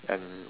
and